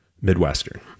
Midwestern